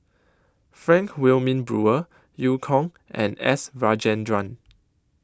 Frank Wilmin Brewer EU Kong and S Rajendran